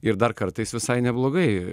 ir dar kartais visai neblogai